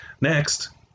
next